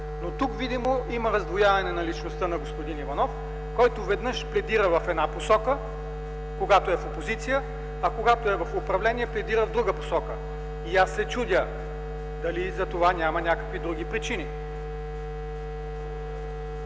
Тук видимо обаче има раздвояване на личността на господин Иванов, който веднъж пледира в една посока, когато е в опозиция, а когато е в управлението, пледира в друга посока. Чудя се дали за това няма някакви други причини?!